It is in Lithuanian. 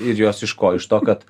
ir jos iš ko iš to kad